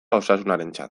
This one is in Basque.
osasunarentzat